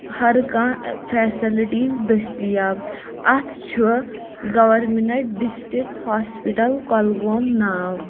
ہر کانٛہہ فیسلٹی دٔستِیاب اَتھ چھُ گورمِنٹ ڈسٹرکٹ ہاسپِٹل کۄلگوم ناو